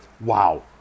Wow